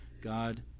God